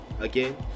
again